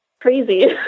crazy